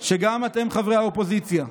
שגם אתם, חברי האופוזיציה,